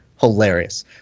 hilarious